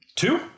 Two